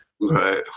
Right